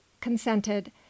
consented